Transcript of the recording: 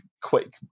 quick